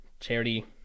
Charity